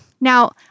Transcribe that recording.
Now